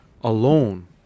alone